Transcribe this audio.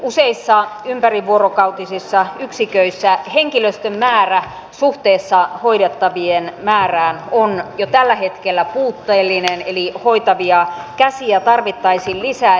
useissa ympärivuorokautisissa yksiköissä henkilöstön määrä suhteessa hoidettavien määrään on jo tällä hetkellä puutteellinen eli hoitavia käsiä tarvittaisiin lisää